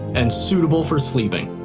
and suitable for sleeping.